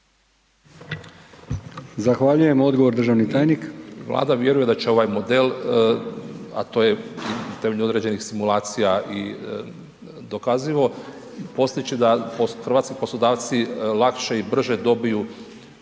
Zahvaljujem. Odgovor državni tajnik. **Katić, Žarko** Vlada vjeruje da će ovaj model, a to je u pitanju određenih simulacija i dokazivo postojeći da hrvatski poslodavci lakše i brže dobiju